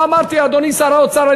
מה אמרתי, אדוני שר האוצר?